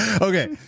okay